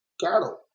cattle